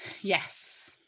Yes